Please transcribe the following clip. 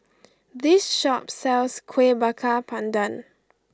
this shop sells Kueh Bakar Pandan